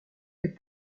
est